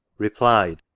replied,